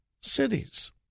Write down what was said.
cities